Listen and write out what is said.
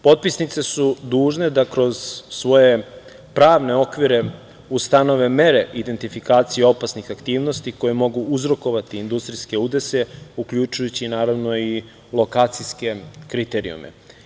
Potpisnice su dužne da kroz svoje pravne okvire ustanove mere identifikacije opasnih aktivnosti koje mogu uzrokovati industrijske udese uključujući naravno i lokacijske kriterijume.